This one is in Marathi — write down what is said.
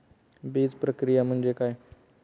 बीजप्रक्रिया म्हणजे काय?